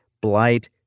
blight